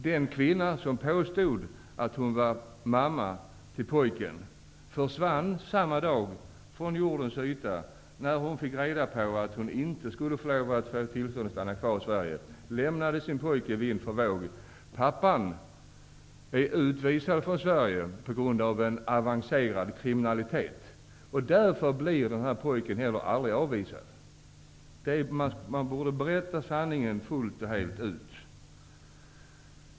Den kvinna som påstod att hon var mamma till pojken försvann samma dag som hon fick reda på att hon inte skulle få stanna kvar i Sverige. Hon lämnade pojken vind för våg. Pappan är utvisad från Sverige på grund av avancerad kriminalitet. Därför kommer den här pojken aldrig att avvisas. Man borde berätta sanningen fullt ut.